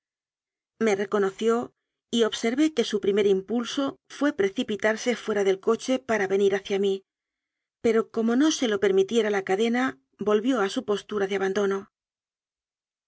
me reconoció y observé que su pi'imer im pulso fué precipitarse fuera del coche para venir hacia mí pero como no se lo permitiera la ca dena volvió a su postura de abandono